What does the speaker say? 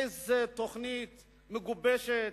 איזו תוכנית מגובשת.